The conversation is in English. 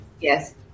Yes